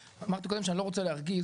אמרתי קודם שאני לא רוצה להרגיז,